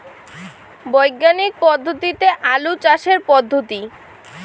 বিজ্ঞানিক পদ্ধতিতে আলু চাষের পদ্ধতি?